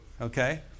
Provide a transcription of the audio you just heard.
Okay